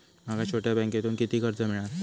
माका छोट्या बँकेतून किती कर्ज मिळात?